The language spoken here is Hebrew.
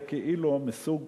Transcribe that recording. זה כאילו מסוג